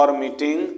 meeting